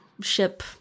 ship